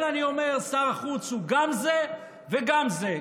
אני אומר ששר החוץ הוא גם זה וגם זה.